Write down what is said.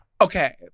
okay